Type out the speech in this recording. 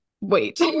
wait